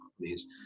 companies